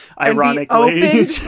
Ironically